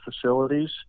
facilities